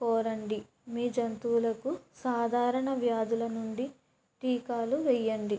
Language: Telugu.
కోరండి మీ జంతువులకు సాధారణ వ్యాధుల నుండి టీకాలు వేయండి